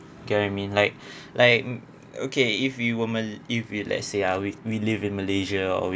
you get what I mean like like okay if you would mean if you let's say ah we we live in malaysia or we